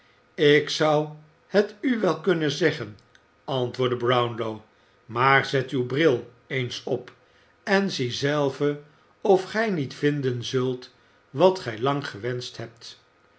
ik zou het u wel kunnen zeggen antwoordde brownlow maar zet uw bril eens op en zie zelve of gij niet vinden zult wat gij lang gewenscht hebt